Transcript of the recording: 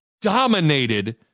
dominated